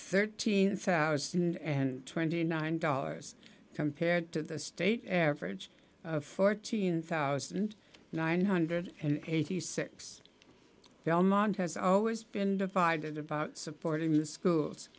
thirteen thousand and twenty nine dollars compared to the state average fourteen thousand nine hundred eighty six belmont has always been divided about supporting the schools